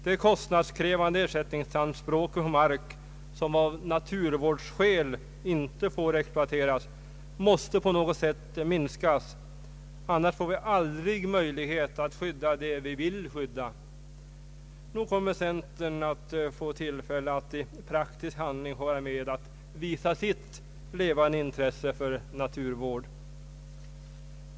De kostnadskrävande ersättningsanspråken på mark som av naturvårdsskäl inte får exploateras måste på något sätt minskas, annars får vi aldrig möjlighet att skydda det vi vill skydda. Nog kommer centern att få tillfälle att i praktisk handling vara med att visa sitt levande intresse för naturvård.